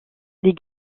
les